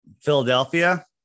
Philadelphia